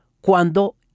cuando